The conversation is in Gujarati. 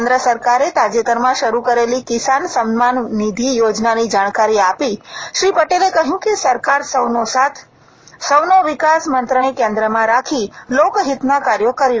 કેન્દ્ર સરકારે તાજેતરમાં શરૂ કરેલી કિસાન સન્માન નિધિ યોજનાની જાણકારી આપીને શ્રી પટેલે કહ્યું કે સરકાર સૌનો સાથ સૌનો વિકાસ મંત્રને કેન્દ્રમાં રાખી લોકહિતના કાર્યો કરી રહી છે